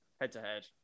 head-to-head